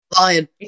Lion